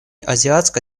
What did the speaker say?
азиатско